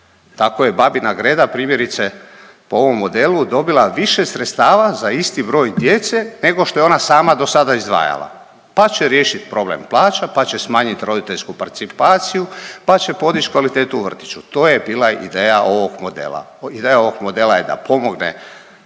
Tako je Babina Greda primjerice po ovom modelu dobila više sredstava za isti broj djece nego što je ona sama do sada izdvajala, pa će riješit problem plaća, pa će smanjit roditeljsku parcipaciju pa će podić kvalitetu u vrtiću. To je bila ideja ovog modela, ideja ovog modela je da pomogne